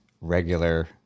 regular